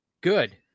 good